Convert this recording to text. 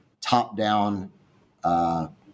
top-down